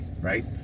right